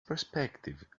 perspective